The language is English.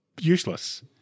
useless